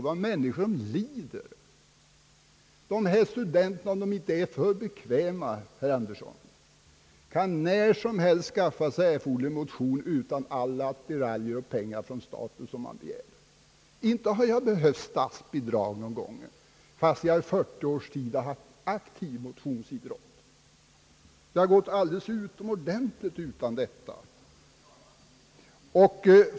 Där gäller det människor som lider. Studenterna kan, om de inte är för bekväma, herr Anders son, när som helst skaffa sig erforderlig motion utan alla möjliga attiraljer och pengar från staten. Inte har jag behövt statsbidrag fast jag under 40 års tid utövat aktiv motionsidrott. Det har gått utomordentligt bra utan bidrag.